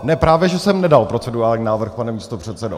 Právě že jsem nedal procedurální návrh, pane místopředsedo.